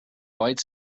white